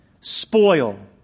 Spoil